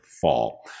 fall